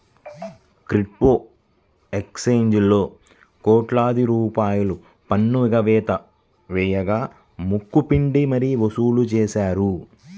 crypto ఎక్స్చేంజీలలో కోట్లాది రూపాయల పన్ను ఎగవేత వేయగా ముక్కు పిండి మరీ వసూలు చేశారు